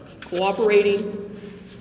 cooperating